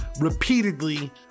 repeatedly